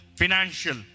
financial